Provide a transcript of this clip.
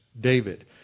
David